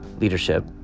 leadership